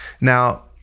Now